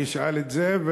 אשאל את זה.